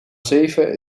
zeven